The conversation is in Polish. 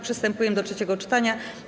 Przystępujemy do trzeciego czytania.